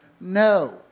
No